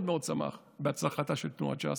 מאוד מאוד שמח, בהצלחתה של תנועת ש"ס.